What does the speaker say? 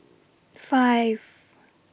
five